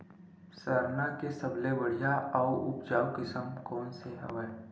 सरना के सबले बढ़िया आऊ उपजाऊ किसम कोन से हवय?